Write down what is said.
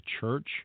church